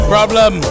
Problem